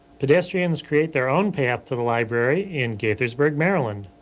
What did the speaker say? pedestrians create their own path to the library in gaithersburg, maryland.